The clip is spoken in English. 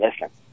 listen